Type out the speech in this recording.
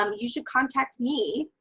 um you should contact me.